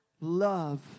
Love